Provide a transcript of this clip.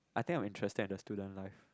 I think of interesting in the student life